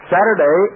Saturday